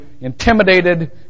intimidated